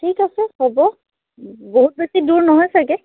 ঠিক আছে হ'ব বহুত বেছি দূৰ নহয় চাগৈ